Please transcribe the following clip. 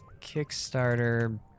Kickstarter